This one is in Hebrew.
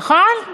נכון?